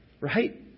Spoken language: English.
Right